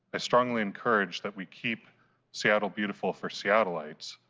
i strongly encourage that we keep seattle beautiful for seattleites,